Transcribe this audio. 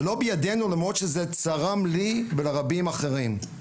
זה לא בידינו, למרות שזה צרם לי, ולרבים אחרים.